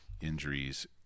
injuries